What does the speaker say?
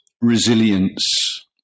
resilience